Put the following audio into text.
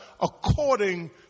according